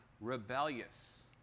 rebellious